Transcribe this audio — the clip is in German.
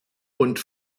und